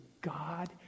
God